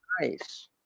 nice